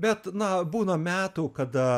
bet na būna metų kada